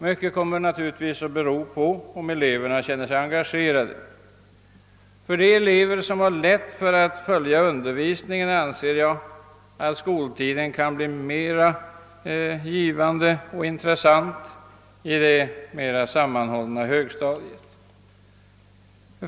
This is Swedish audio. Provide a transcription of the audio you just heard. Mycket kommer naturligtvis att bero på om eleverna känner sig engagerade. För de elever som har lätt att följa undervisningen kan skoltiden bli mer givande och intressant på det sammanhållna högstadiet.